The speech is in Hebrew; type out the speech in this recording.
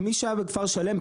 כמי שהיה בכפר שלם,